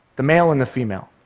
the male and the female.